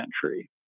century